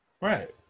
right